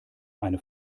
eine